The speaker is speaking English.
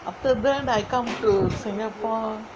after that I come to singapore